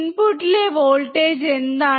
ഇൻപുട്ടിലെ voltage എന്താണ്